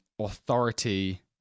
authority